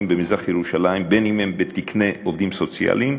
במזרח-ירושלים בין אם בתקני עובדים סוציאליים,